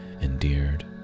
endeared